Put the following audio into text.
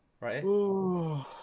Right